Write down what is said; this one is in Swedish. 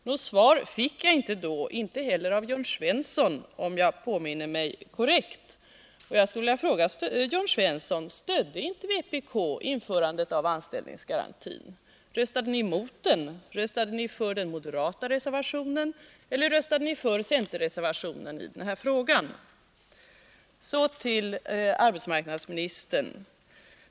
Något svar fick jag inte då, inte heller av Jörn Svensson, om jag minns rätt. Jag skulle vilja fråga Jörn Svensson: Stödde inte vpk införandet av anställningsgarantin? Röstade ni emot den? Röstade ni för den moderata reservationen, eller röstade ni för centerpartireservationen? Så till arbetsmarknadsministern.